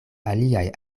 aliaj